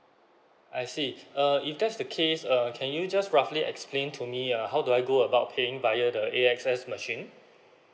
I see err if that's the case uh can you just roughly explain to me ah how do I go about paying via the A X S machine